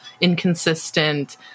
inconsistent